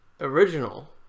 original